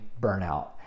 burnout